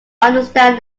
understand